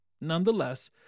Nonetheless